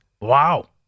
Wow